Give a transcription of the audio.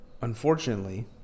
Unfortunately